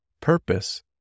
Purpose